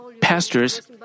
pastors